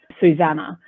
Susanna